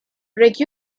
was